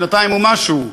שנתיים ומשהו,